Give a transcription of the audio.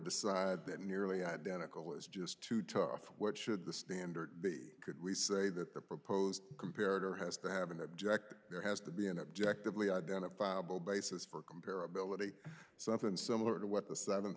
decide that nearly identical is just too tough what should the standard could we say that the proposed compared or has to have an object there has to be an objectively identifiable basis for compare ability something similar to what the s